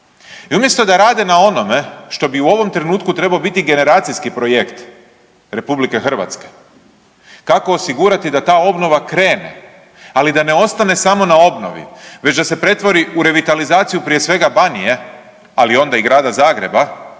I umjesto da rade na onome što bi u ovom trenutku trebao biti generacijski projekt RH, kako osigurati da ta obnova krene, ali da ne ostane samo na obnovi već da se pretvori u revitalizaciju prije svega Banije, ali onda i Grada Zagreba,